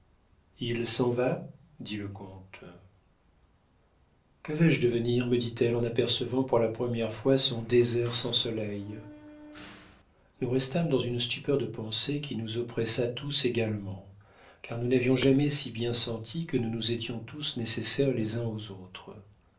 il s'en va dit le comte que vais-je devenir me dit-elle en apercevant pour la première fois son désert sans soleil nous restâmes dans une stupeur de pensée qui nous oppressa tous également car nous n'avions jamais si bien senti que nous nous étions tous nécessaires les uns aux autres